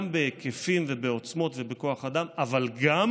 גם בהיקפים, בעוצמות ובכוח אדם, אבל גם